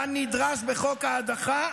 כנדרש בחוק ההדחה?